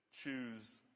choose